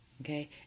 okay